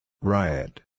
Riot